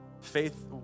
Faith